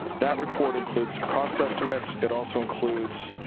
that report includes cost estimates, it also includes